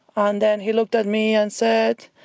and then he looked at me and said,